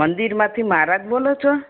મંદિરમાંથી મહારાજ બોલો છો